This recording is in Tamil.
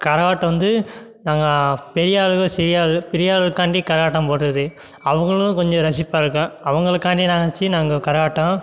கரகாட்டம் வந்து நாங்கள் பெரிய ஆள் இல்லை சிறிய ஆள் இல்லை பெரிய ஆளுக்காண்டி கரகாட்டம் போடுறது அவங்களும் கொஞ்சம் ரசிப்பாக இருக்கும் அவங்களுக்காண்டி நினச்சி நாங்கள் கரகாட்டம்